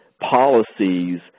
policies